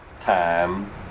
time